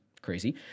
crazy